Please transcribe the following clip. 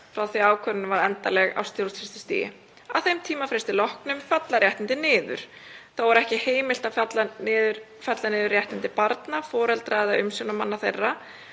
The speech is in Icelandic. frá því að ákvörðunin varð endanleg á stjórnsýslustigi. Að þeim tímafresti loknum falla réttindin niður. Þó er ekki heimilt að fella niður réttindi barna, foreldra eða umsjónarmanna þeirra